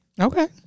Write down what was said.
Okay